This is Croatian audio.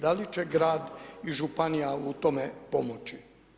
Da li će Grad i Županija u tome pomoći?